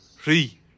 three